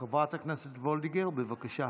חברת הכנסת וולדיגר, בבקשה.